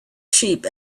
sheep